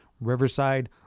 Riverside